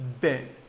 Ben